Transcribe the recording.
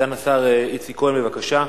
סגן השר איציק כהן, בבקשה,